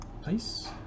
please